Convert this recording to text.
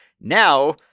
Now